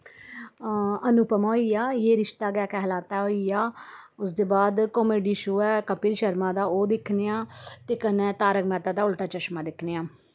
हां अनुपमा होई आ यह रिश्ता क्या कहलाता है होई आ उसदे बाद कामेडी शो ऐ कपिल शर्मा दा ओह् दिखने आं ते कन्नै तारक मेहता दा उल्टा चश्मा दिखने आं